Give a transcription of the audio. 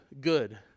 good